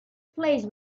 place